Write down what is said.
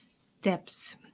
steps